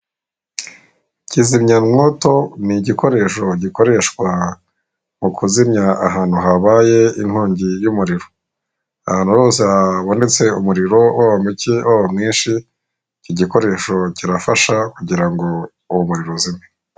Kizimya mwoto nigikoresho gikoreshwa mukuzimya ahantu habaye inkongi y'umuriro, ahantu hose habonetse umuriro waba muke waba mwinshi icyi gikoresho kirafasha kugira ngo uwo muriro uzime.